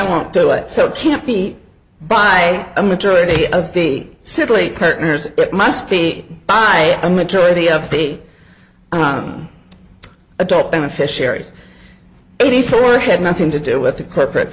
won't do it so can't beat by a majority of the simply kirchner's it must be by a majority of the adult beneficiaries eighty four had nothing to do with the corporate